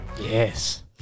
Yes